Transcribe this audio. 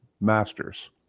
masters